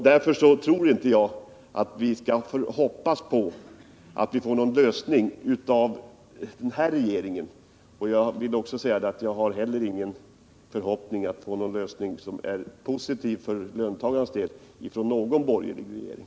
Därför tror jag inte att vi skall hoppas på att den här regeringen kommer att åstadkomma någon lösning — jag har över huvud taget ingen förhoppning om någon för löntagarna positiv lösning från någon borgerlig regering.